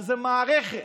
שזה מערכת,